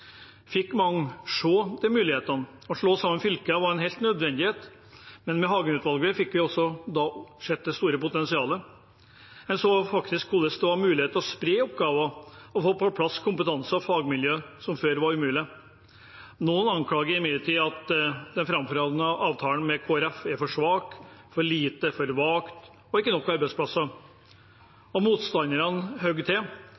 fikk mange se disse mulighetene. Å slå sammen fylker var en nødvendighet, men med Hagen-utvalget fikk vi også se det store potensialet. En så hvordan det var mulig å spre oppgaver og å få på plass kompetanse og fagmiljøer, noe som før var umulig. Noen anklager imidlertid den framforhandlede avtalen med Kristelig Folkeparti for å være for svak, for liten, for vag og for at den ikke betyr nok arbeidsplasser. Motstanderne hogger til